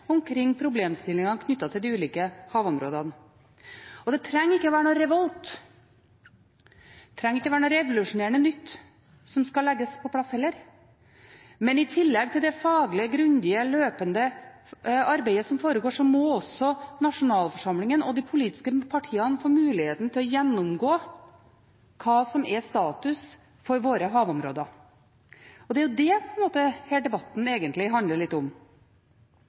omkring problemstillinger knyttet til de ulike havområdene. Det trenger ikke være en revolt eller noe revolusjonerende nytt som skal legges på plass heller, men i tillegg til det faglige, grundige og løpende arbeidet som foregår, må også nasjonalforsamlingen og de politiske partiene få muligheten til å gjennomgå hva som er status for våre havområder. Det er egentlig det denne debatten handler litt om.